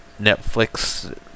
Netflix